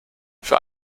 für